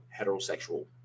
heterosexual